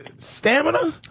Stamina